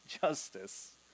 justice